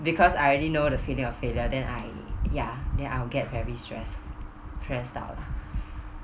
because I already know the feeling of failure then I ya then I'll get very stress stress out lah